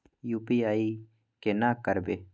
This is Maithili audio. यु.पी.आई केना करबे?